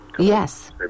Yes